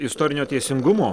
istorinio teisingumo